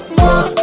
more